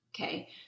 Okay